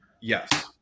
yes